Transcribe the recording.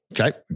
Okay